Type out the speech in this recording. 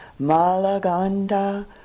Malaganda